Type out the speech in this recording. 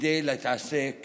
כדי להתעסק